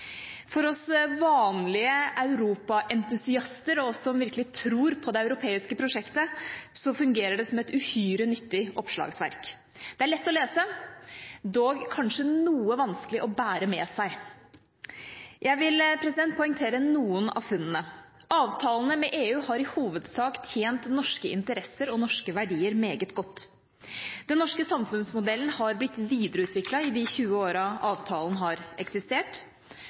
For oss vanlige europaentusiaster og vi som virkelig tror på det europeiske prosjektet, fungerer det som et uhyre nyttig oppslagsverk. Det er lett å lese, dog kanskje noe vanskelig å bære med seg. Jeg vil poengtere noen av funnene. Avtalene med EU har i hovedsak tjent norske interesser og norske verdier meget godt. Den norske samfunnsmodellen har blitt videreutviklet i de 20 årene avtalen har eksistert.